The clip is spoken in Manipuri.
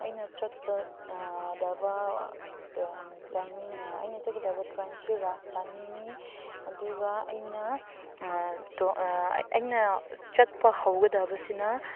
ꯑꯩꯅ ꯆꯠꯀ ꯗꯕ ꯇꯥꯏꯃꯤꯡ ꯑꯩꯅ ꯆꯠꯀꯗꯕ ꯇ꯭ꯔꯦꯟꯁꯤ ꯔꯥꯖꯙꯥꯅꯤꯅꯤ ꯑꯗꯨꯒ ꯑꯩꯅ ꯑꯩꯅ ꯆꯠꯄ ꯍꯧꯒꯗꯕꯁꯤꯅ